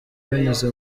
binyuze